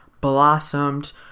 blossomed